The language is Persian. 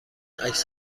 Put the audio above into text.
عکس